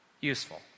useful